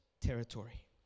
territory